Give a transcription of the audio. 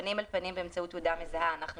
פנים אל פנים באמצעות תעודה מזהה נשארת.